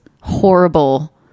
horrible